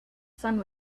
sun